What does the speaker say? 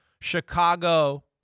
Chicago